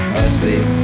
asleep